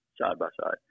side-by-side